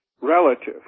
relative